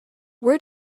where